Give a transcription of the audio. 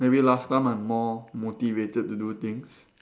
maybe last time I'm more motivated to do things